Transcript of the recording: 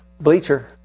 bleacher